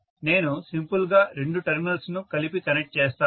నేను సింపుల్ గా రెండు టర్మినల్స్ ను కలిపి కనెక్ట్ చేస్తాను